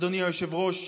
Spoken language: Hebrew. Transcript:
אדוני היושב-ראש,